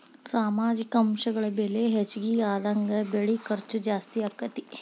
ಸಾಮಾಜಿಕ ಅಂಶಗಳ ಬೆಲೆ ಹೆಚಗಿ ಆದಂಗ ಬೆಳಿ ಖರ್ಚು ಜಾಸ್ತಿ ಅಕ್ಕತಿ